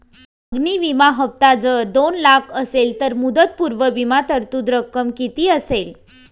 अग्नि विमा हफ्ता जर दोन लाख असेल तर मुदतपूर्व विमा तरतूद रक्कम किती असेल?